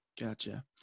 Gotcha